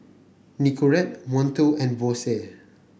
Nicorette Monto and Bose